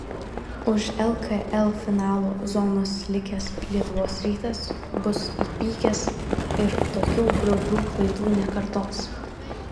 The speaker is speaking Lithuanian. už lkl finalo zonos likęs lietuvos rytas bus įpykęs ir tokių grubių klaidų nekartos